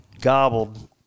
gobbled